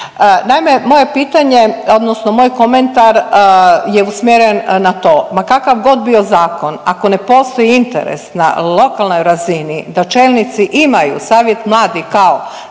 Naime, moje pitanje, odnosno moj komentar je usmjeren na to ma kakav god bio zakon ako ne postoji interes na lokalnoj razini da čelnici imaju Savjet mladih kao